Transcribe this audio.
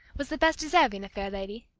was the best deserving a fair lady.